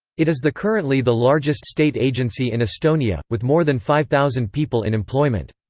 it is the currently the largest state agency in estonia, with more than five thousand people in employment.